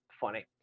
Funny